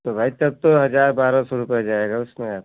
तो भाई तब तो हजार बारह सौ रुपये जाएगा उसमें आपका